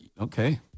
okay